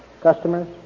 customers